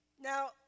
Now